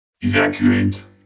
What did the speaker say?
Evacuate